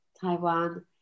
Taiwan